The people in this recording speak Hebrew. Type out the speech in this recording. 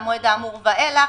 והוא יחול מהמועד האמור ואילך".